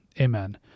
Amen